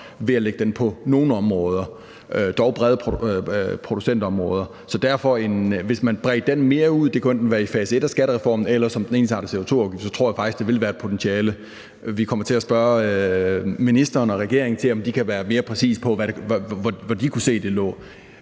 ved at lægge den på nogle områder; dog brede producentområder. Så derfor: Hvis man bredte den mere ud – det kunne enten være i fase et af skattereformen eller som en ensartet CO2-afgift – så tror jeg faktisk, der ville være et potentiale. Vi kommer til at spørge ministeren og regeringen til, om de kan være mere præcise på, hvor de kunne se det